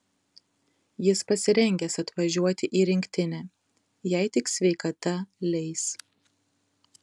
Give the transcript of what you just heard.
jis pasirengęs atvažiuoti į rinktinę jei tik sveikata leis